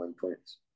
points